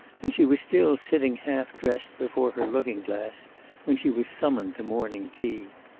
and she was still sitting half-dressed before her looking-glass when she was summoned to morning tea.